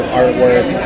artwork